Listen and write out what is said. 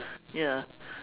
ya